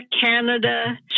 Canada